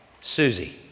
Susie